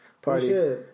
Party